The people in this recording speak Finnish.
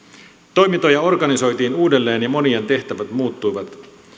toimintoja organisoitiin uudelleen ja monien tehtävät muuttuivat